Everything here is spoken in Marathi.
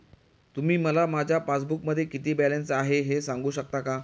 तुम्ही मला माझ्या पासबूकमध्ये किती बॅलन्स आहे हे सांगू शकता का?